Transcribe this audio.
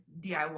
DIY